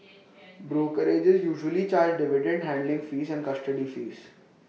brokerages usually charge dividend handling fees and custody fees